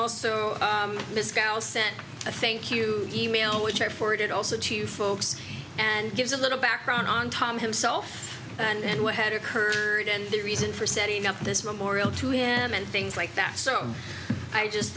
a thank you e mail which i forwarded also to you folks and gives a little background on tom himself and what had occurred and the reason for setting up this memorial to him and things like that so i just